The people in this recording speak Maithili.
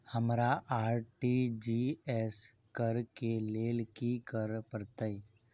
हमरा आर.टी.जी.एस करऽ केँ लेल की करऽ पड़तै?